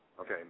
okay